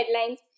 headlines